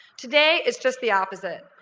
today it's just the opposite.